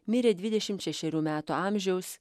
mirė dvidešim šešerių metų amžiaus